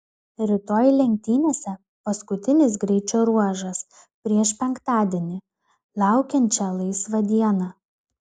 rytoj lenktynėse paskutinis greičio ruožas prieš penktadienį laukiančią laisvą dieną